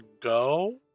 go